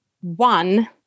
one